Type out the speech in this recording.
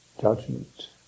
judgment